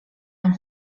nam